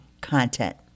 content